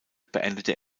beendete